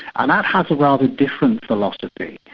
and that has a rather different philosophy,